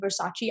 Versace